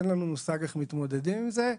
אין לנו מושג איך מתמודדים עם זה".